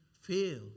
fail